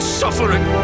suffering